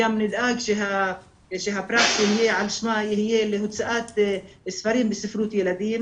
גם נדאג שהפרס יהיה על שמה להוצאת ספרים וספרות ילדים.